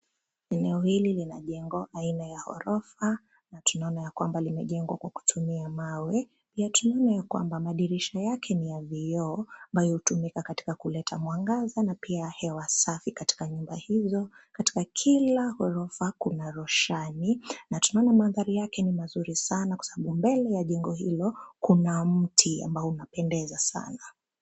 Eneo hili lina jengo aina ya ghorofa, na tunaona ya kwamba limejengwa kwa kutumia mawe. Na tunaona ya kwamba madirisha yake ni ya vioo ambayo hutumika katika kuleta mwangaza na pia hewa safi katika nyumba hizo. Katika kila gholofa kuna roshani. Na tunaona madhari yake ni mazuri sana kwa sababu mbele ya jengo hilo, kuna mti ambao unapendeza sana.